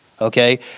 Okay